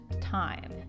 time